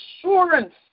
assurance